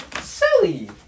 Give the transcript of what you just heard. silly